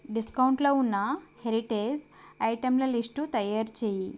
డిస్కౌంట్లో ఉన్న హెరిటేజ్ ఐటెంల లిస్టు తయారు చేయి